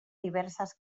diverses